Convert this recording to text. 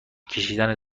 کشیدن